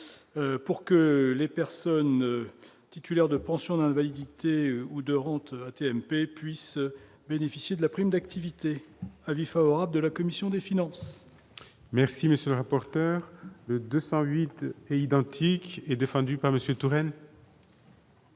pour que les personnes titulaires de pensions d'invalidité ou de rente AT-MP puissent bénéficier de la prime d'activité : avis favorable de la commission des finances. Merci, monsieur le rapporteur, 208 est identique et défendu par Monsieur Touraine.